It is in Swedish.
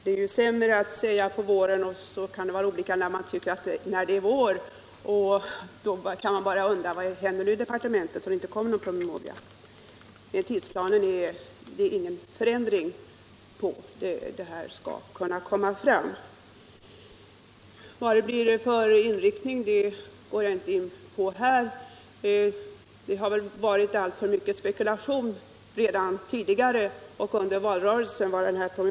Det är ju sämre att säga att den kommer på våren, eftersom man kan ha litet olika uppfattning om när det är vår. Man kan då undra vad som händer i departementet och fråga sig om det inte kommer någon promemoria. Men tidsplanen är oförändrad. Inriktningen går jag inte in på här. Under valrörelsen var det väl alltför mycket spekulation om vad promemorian skulle innehålla.